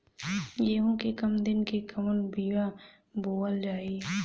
गेहूं के कम दिन के कवन बीआ बोअल जाई?